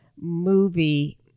movie